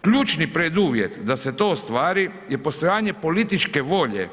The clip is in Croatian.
Ključni preduvjet da se to ostvari je postojanje političke volje